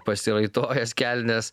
pasiraitojęs kelnes